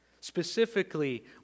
Specifically